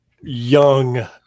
young